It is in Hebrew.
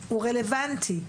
הוא רלוונטי,